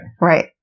Right